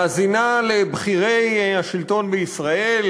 מאזינה לבכירי השלטון בישראל,